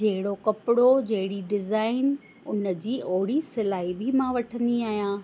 जहिड़ो कपिड़ो जहिड़ी डिज़ाइन उन जी ओहिड़ी सिलाई बि मां वठंदी आहियां